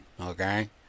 Okay